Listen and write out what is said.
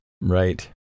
right